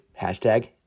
hashtag